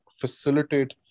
facilitate